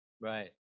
Right